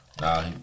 Nah